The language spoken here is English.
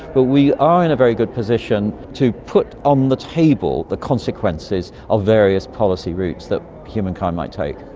but we are in a very good position to put on the table the consequences of various policy routes that humankind might take.